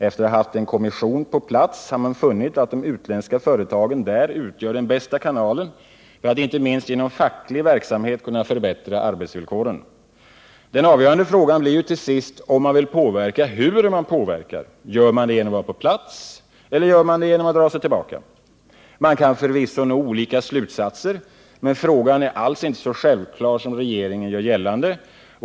Efter att ha haft en kommission på plats har man funnit att de utländska företagen där utgör den bästa kanalen för att, inte minst genom facklig verksamhet, förbättra arbetsvillkoren. Den avgörande frågan, om man vill påverka, blir ju till sist hur man påverkar — gör man det genom att vara på plats eller genom att dra sig tillbaka? Man kan förvisso komma till olika slutsatser, men saken är alls inte så självklar som regeringen gör gällande.